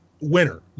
winner